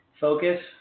Focus